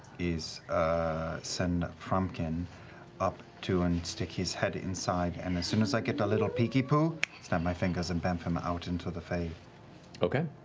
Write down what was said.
is send frumpkin up to and stick his head inside, and as soon as i get a little peeky-poo, snap my fingers and bamf him out into the fey. matt okay.